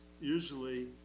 usually